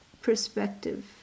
perspective